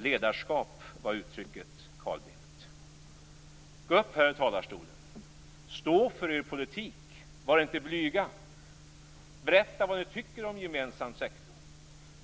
Ledarskap var uttrycket, Carl Bildt! Stå för er politik! Var inte blyga! Berätta vad ni tycker om gemensam sektor!